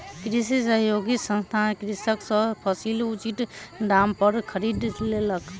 कृषि सहयोगी संस्थान कृषक सॅ फसील उचित दाम पर खरीद लेलक